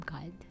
God